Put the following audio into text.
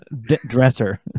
dresser